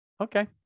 Okay